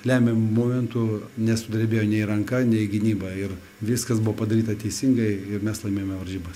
lemiamu momentu nesudrebėjo nei ranka nei gynyba ir viskas buvo padaryta teisingai ir mes laimėjome varžybas